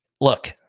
look